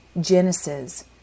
Genesis